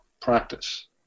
practice